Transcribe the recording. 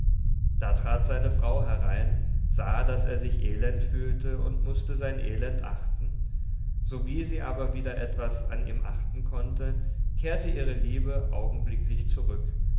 da trat seine frau herein sah daß er sich elend fühlte und mußte sein elend achten sowie sie aber wieder etwas an ihm achten konnte kehrte ihre liebe augenblicklich zurück